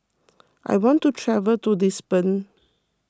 I want to travel to Lisbon